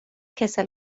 کسل